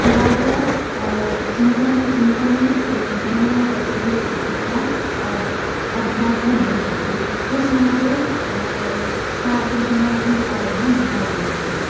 तथा च चिन्तन चिन्तने समयः गच्छति इति कृत्वा अभ्यासः भविषयति तस्मात् तादृशः अपि उपायः मया उपयुज्यते